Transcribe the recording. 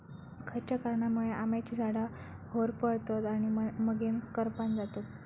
खयच्या कारणांमुळे आम्याची झाडा होरपळतत आणि मगेन करपान जातत?